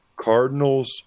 Cardinals